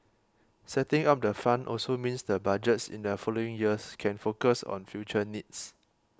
setting up the fund also means the Budgets in the following years can focus on future needs